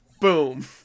Boom